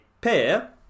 pair